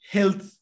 Health